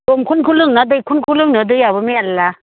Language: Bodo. दंखलनिखौ लोंनो ना दैखरनिखौ लोंनो दैयाबो मेल्ला